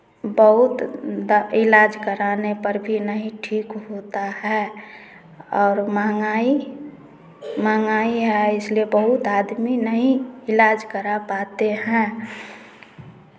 बहुत द इलाज कराने पर भी नहीं ठीक होता है और महँगाई महँगा है इसलिए बहुत आदमी नहीं इलाज करा पाते हैं